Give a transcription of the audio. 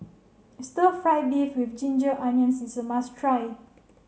stir fry beef with ginger onions is a must try